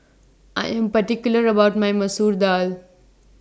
I Am particular about My Masoor Dal